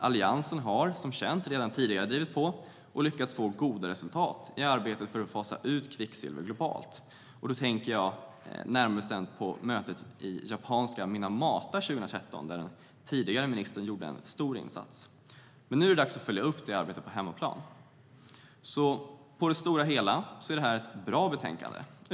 Alliansen har ju redan tidigare drivit på och lyckats få goda resultat i arbetet för att fasa ut kvicksilver globalt. Jag tänker på mötet i japanska Minamata 2013, där den tidigare miljöministern gjorde en stor insats. Nu är det dags att följa upp det arbetet på hemmaplan. På det stora hela är det ett bra betänkande.